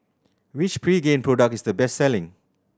which Pregain product is the best selling